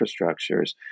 infrastructures